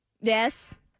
Yes